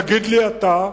תגיד לי אתה,